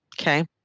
Okay